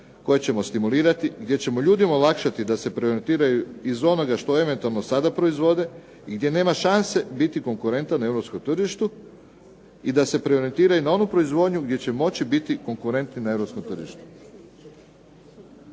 koju ćemo stimulirati gdje ćemo ljudima olakšati da se preorijentiraju iz onoga što eventualno sada proizvode i gdje nema šanse biti konkurentan Europskom tržištu i da se preorijentiraju na onu proizvodnju gdje će moći biti konkurentni na Europskom tržištu.